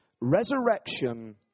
resurrection